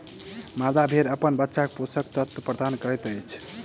मादा भेड़ अपन बच्चाक पोषक तत्व प्रदान करैत अछि